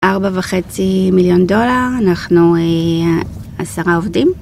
ארבע וחצי מיליון דולר, אנחנו עשרה עובדים.